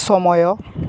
ସମୟ